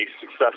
success